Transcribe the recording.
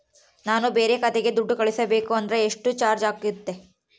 ನಾನು ಬೇರೆ ಖಾತೆಗೆ ದುಡ್ಡು ಕಳಿಸಬೇಕು ಅಂದ್ರ ಎಷ್ಟು ಚಾರ್ಜ್ ಆಗುತ್ತೆ?